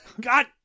god